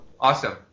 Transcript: awesome